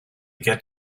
get